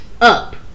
Up